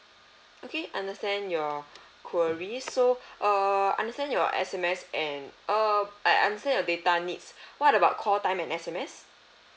okay understand your queries so err understand your S_M_S and err I understand your data needs what about call time and S_M_S